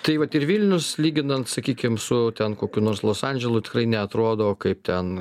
tai vat ir vilnius lyginant sakykim su ten kokiu nors los andželu tikrai neatrodo kaip ten